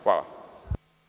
Hvala.